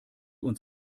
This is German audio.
uns